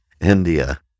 India